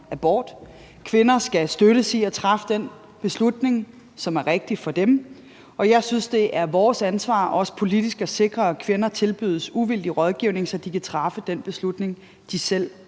abort. Kvinder skal støttes i at træffe den beslutning, som er rigtig for dem, og jeg synes, det er vores ansvar også politisk at sikre, at kvinder tilbydes uvildig rådgivning, så de kan træffe den beslutning, de selv